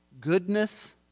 goodness